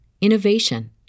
innovation